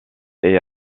est